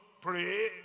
pray